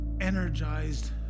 energized